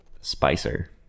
Spicer